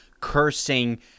cursing –